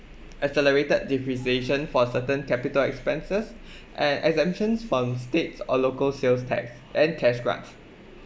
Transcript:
accelerated depreciation for certain capital expenses and exemptions from states or local sales tax and cash grants